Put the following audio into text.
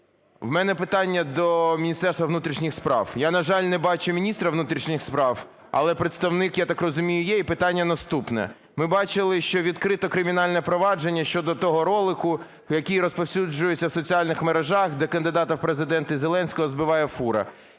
У мене питання до Міністерства внутрішніх справ. Я, на жаль, не бачу міністра внутрішніх справ, але представник, я так розумію, є. І питання наступне. Ми бачили, що відкрито кримінальне провадження щодо того ролику, який розповсюджується в соціальних мережах, де кандидата в Президенти Зеленського збиває фура.